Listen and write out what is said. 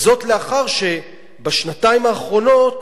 וזאת לאחר שבשנתיים האחרונות